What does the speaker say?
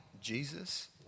Jesus